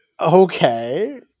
okay